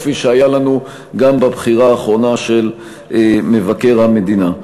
כפי שהיה לנו גם בבחירה האחרונה של מבקר המדינה.